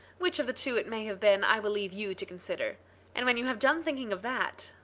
which of the two it may have been, i will leave you to consider and when you have done thinking of that,